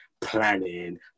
planning